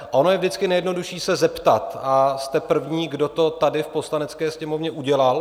Ono je vždycky nejjednodušší se zeptat a jste první, kdo to tady v Poslanecké sněmovně udělal.